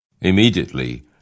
Immediately